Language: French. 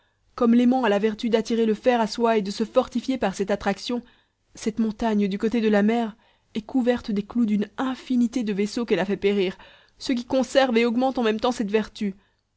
comme l'aimant a la vertu d'attirer le fer à soi et de se fortifier par cette attraction cette montagne du côté de la mer est couverte des clous d'une infinité de vaisseaux qu'elle a fait périr ce qui conserve et augmente en même temps cette vertu